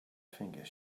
finger